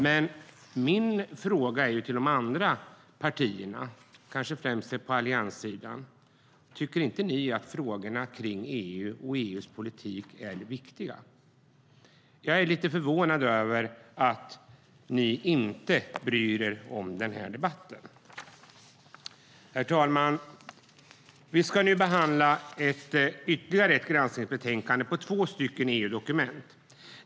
Men min fråga till de övriga partierna och kanske främst till Alliansen är: Tycker ni inte att frågorna om EU och EU:s politik är viktiga? Jag är lite förvånad över att ni inte bryr er om denna debatt. Herr talman! Vi behandlar nu ytterligare ett granskningsutlåtande om två stycken EU-dokument.